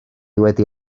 wedi